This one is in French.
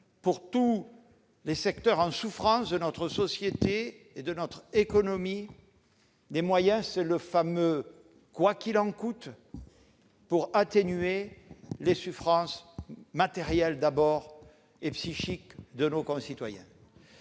pour tous les secteurs en souffrance de notre société et de notre économie, des moyens- c'est le fameux « quoi qu'il en coûte »-, pour atténuer les souffrances matérielles et psychiques de nos concitoyens.